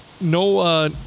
no